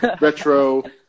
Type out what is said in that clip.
retro